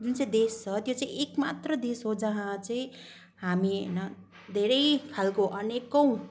जुन चाहिँ देश छ त्यो चाहिँ एक मात्र देश हो जहाँ चाहिँ हामी होइन धेरै खाल्को अनेकौँ